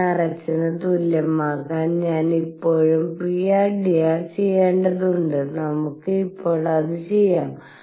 nrh ന് തുല്യമാകാൻ ഞാൻ ഇപ്പോഴും prdr ചെയ്യേണ്ടതുണ്ട് നമുക്ക് ഇപ്പോൾ അത് ചെയ്യാം